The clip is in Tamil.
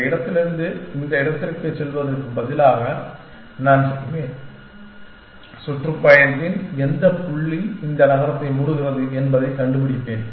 இந்த இடத்திலிருந்து இந்த இடத்திற்குச் செல்வதற்குப் பதிலாக நான் செய்வேன் சுற்றுப்பயணத்தின் எந்தப் புள்ளி இந்த நகரத்தை மூடுகிறது என்பதைக் கண்டுபிடிப்பேன்